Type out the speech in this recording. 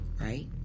right